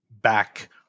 back